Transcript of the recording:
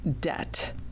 debt